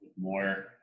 more